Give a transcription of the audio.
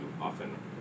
often